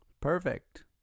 perfect